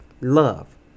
love